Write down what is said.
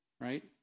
right